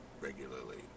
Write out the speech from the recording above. regularly